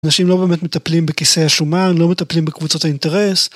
אנשים לא באמת מטפלים בכיסא השומן, לא מטפלים בקבוצות האינטרס.